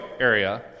area